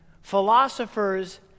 Philosophers